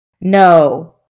No